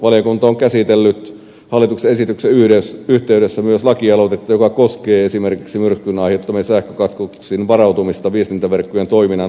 valiokunta on käsitellyt hallituksen esityksen yhteydessä myös lakialoitetta joka koskee esimerkiksi myrskyn aiheuttamiin sähkökatkoksiin varautumista viestintäverkkojen toiminnan osalta